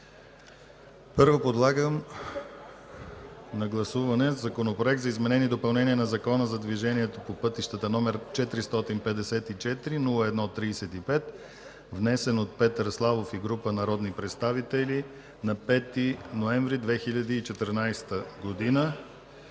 Първо, подлагам на гласуване Законопроект за изменение и допълнение на Закона за движението по пътищата, № 454-01-35, внесен от Петър Славов и група народни представители на 5 ноември 2014 г.